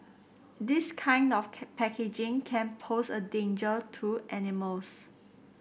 this kind of packaging can pose a danger to animals